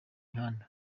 mihanda